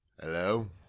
Hello